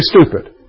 stupid